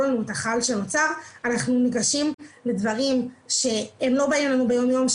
לנו את החלל אנחנו ניגשים לדברים שהם לא באים לנו ביום יום,